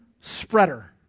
spreader